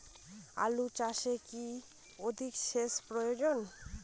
আলু চাষে কি অধিক সেচের প্রয়োজন?